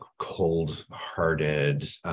cold-hearted